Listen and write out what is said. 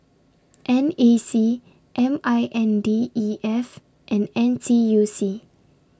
N A C M I N D E F and N T U C